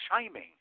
chiming